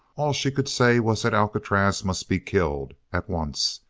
all she could say was that alcatraz must be killed at once!